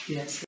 Yes